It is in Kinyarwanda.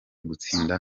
gutsinda